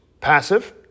passive